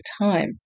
time